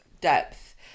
depth